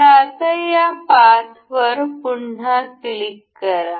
तर आता या पाथवर पुन्हा क्लिक करा